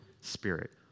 spirit